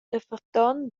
daferton